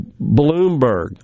Bloomberg